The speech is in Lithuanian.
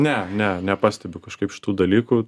ne ne nepastebiu kažkaip šitų dalykų